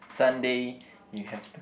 Sunday you have to